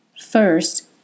First